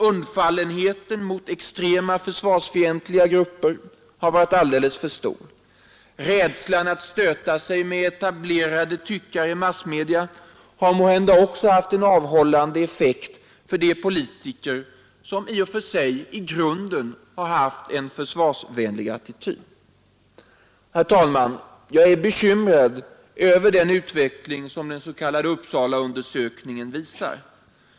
Undfallenheten mot extrema försvarsfientliga grupper har varit alldeles för stor. Rädslan att stöta sig med etablerade tyckare i massmedia har måhända också haft en avhållande effekt på de politiker som i och för sig i grunden intagit en försvarsvänlig attityd. Herr talman! Jag är bekymrad över den utveckling som den s.k. Uppsalaundersökningen visar.